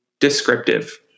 Descriptive